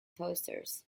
toasters